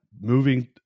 moving